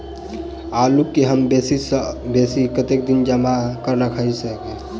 आलु केँ हम बेसी सऽ बेसी कतेक दिन जमा कऽ क राइख सकय